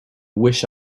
wish